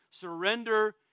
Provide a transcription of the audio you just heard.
surrender